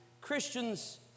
Christians